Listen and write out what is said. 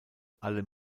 alle